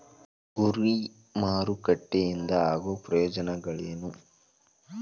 ಗುರಿ ಮಾರಕಟ್ಟೆ ಇಂದ ಆಗೋ ಪ್ರಯೋಜನಗಳೇನ